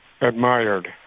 admired